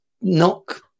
knock